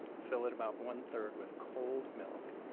fill it about one-third with cold milk,